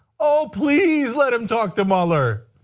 ah please let him talk to mueller.